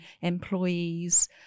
employees